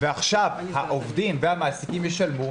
ועכשיו העובדים והמעסיקים ישלמו,